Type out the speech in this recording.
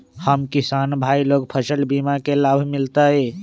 हम किसान भाई लोग फसल बीमा के लाभ मिलतई?